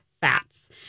fats